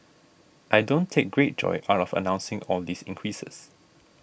I don't take great joy out of announcing all these increases